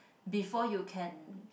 before you can